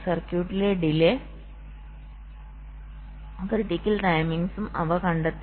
സർക്യൂട്ടിലെ delay critical ടൈമിങ്സും അവ കണ്ടെത്തും